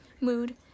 mood